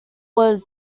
was